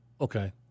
Okay